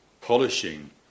polishing